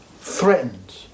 threatened